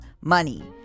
money